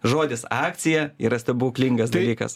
žodis akcija yra stebuklingas dalykas o lietuviui